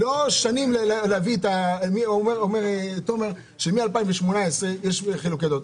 אומר תומר שמ-2018 יש חילוקי דעות.